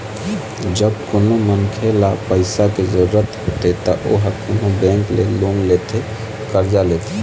जब कोनो मनखे ल पइसा के जरुरत होथे त ओहा कोनो बेंक ले लोन लेथे करजा लेथे